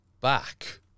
back